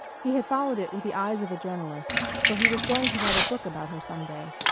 he had followed it with the eyes of a journalist, for he was going to write a book about her some day.